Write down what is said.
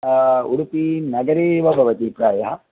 उडुपीनगरे एव भवति प्रायः